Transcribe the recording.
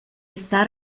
está